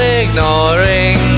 ignoring